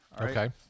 Okay